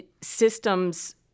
systems